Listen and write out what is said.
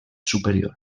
superior